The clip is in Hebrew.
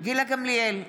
גילה גמליאל,